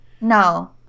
No